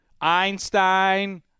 Einstein